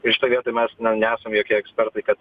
ir šitoj vietoj mes nesam jokie ekspertai kad